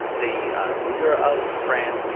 the leader of france.